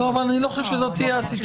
אבל אני לא חושב שזאת תהיה הסיטואציה,